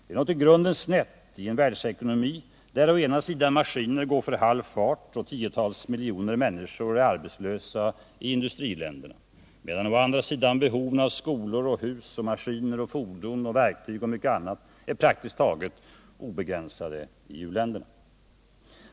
Det är något i grunden snett i en världsekonomi, där å ena sidan maskiner går för halv fart och tiotals miljoner människor är arbetslösa i industriländerna och där å andra sidan behoven av skolor, hus, maskiner, fordon, verktyg och mycket annat är praktiskt taget obegränsade i uländerna.